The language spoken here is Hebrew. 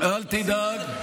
אל תדאג,